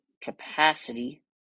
capacity